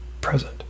present